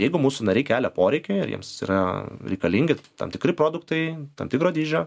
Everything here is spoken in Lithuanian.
jeigu mūsų nariai kelia poreikį jiems yra reikalingi tam tikri produktai tam tikro dydžio